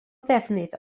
ddefnydd